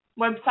website